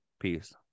Peace